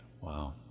Wow